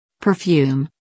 perfume